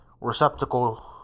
receptacle